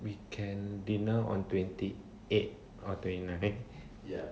we can dinner on twenty eight or twenty nine